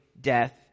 death